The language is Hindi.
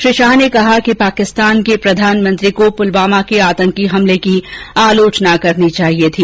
श्री शाह ने कहा कि पाकिस्तान के प्रधानमंत्री को पुलवामा के आतंकी हमले की आलोचना करनी चाहिए थी